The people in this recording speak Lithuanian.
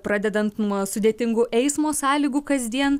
pradedant nuo sudėtingų eismo sąlygų kasdien